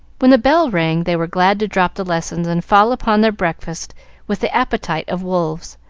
when the bell rang they were glad to drop the lessons and fall upon their breakfast with the appetite of wolves,